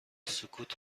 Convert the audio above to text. سکوت